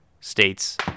states